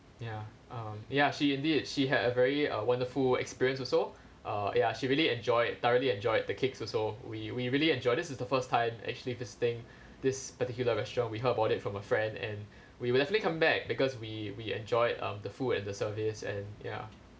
ya um ya she indeed she had a very uh wonderful experience also uh ya she really enjoyed thoroughly enjoyed the cakes also we we really enjoy this is the first time actually this thing this particular restaurant we heard about it from a friend and we will definitely come back because we we enjoyed the food and the service and ya